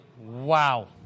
Wow